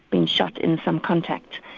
being shot in some contact,